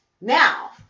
Now